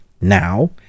now